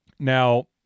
Now